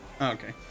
Okay